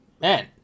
Man